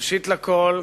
ראשית כול,